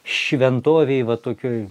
šventovėj va tokioj